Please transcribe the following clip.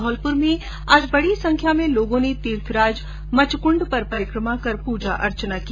धौलपुर में आज बड़ी संख्या में लोगों न तीर्थराज मचकुण्ड पर परिक्रमा कर पूजा अर्चना की